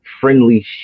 friendly